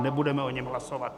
Nebudeme o něm hlasovat.